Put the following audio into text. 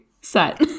set